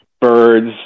birds